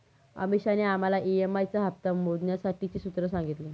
अमीषाने आम्हाला ई.एम.आई चा हप्ता मोजण्यासाठीचे सूत्र सांगितले